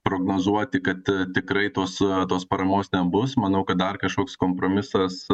prognozuoti kad tikrai tos e tos parmos nebus manau kad dar kažkoks kompromisas